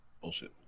Bullshit